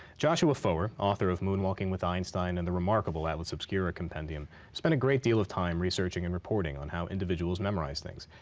joshua foer, author of moonwalking with einstein and the remarkable atlas obscura compendium, spent a great deal of time researching and reporting on how individuals memorize things.